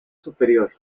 superior